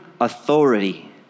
authority